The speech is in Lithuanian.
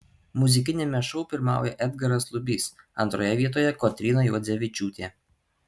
muzikiniame šou pirmauja edgaras lubys antroje vietoje kotryna juodzevičiūtė